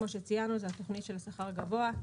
שזה התוכנית "שכר גבוה".